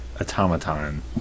automaton